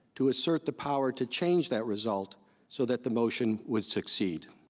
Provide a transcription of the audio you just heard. to assert the power to change that result so that the motion would succeed.